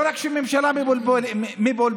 לא רק שהממשלה מבולבלת,